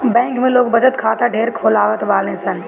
bank में लोग बचत खाता ढेर खोलवावत बाने